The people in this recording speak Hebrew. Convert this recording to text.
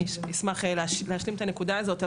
אני אשמח להשלים את הנקודה הזאת.